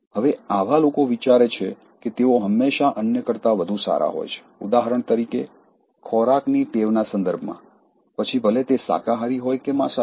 હવે આવા લોકો વિચારે છે કે તેઓ હંમેશાં અન્ય કરતા વધુ સારા હોય છે ઉદાહરણ તરીકે ખોરાકની ટેવના સંદર્ભમાં પછી ભલે તે શાકાહારી હોય કે માંસાહારી